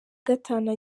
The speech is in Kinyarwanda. gatanu